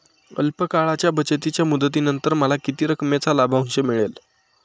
अल्प काळाच्या बचतीच्या मुदतीनंतर मला किती रकमेचा लाभांश मिळेल?